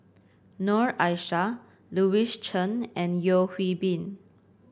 Noor Aishah Louis Chen and Yeo Hwee Bin